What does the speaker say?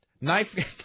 Knife